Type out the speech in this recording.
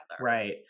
Right